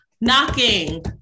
knocking